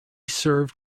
served